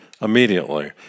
Immediately